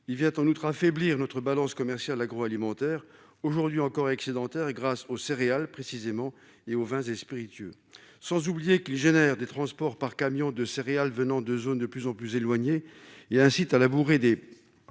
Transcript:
il vient en outre affaiblir notre balance commerciale agroalimentaire aujourd'hui encore excédentaire grâce aux céréales précisément et aux vins et spiritueux, sans oublier qu'il génère des transports par camions de céréales venant de zones de plus en plus éloignées, il y a un site